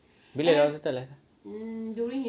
bila dia hospitalised eh